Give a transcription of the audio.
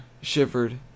shivered